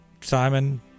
Simon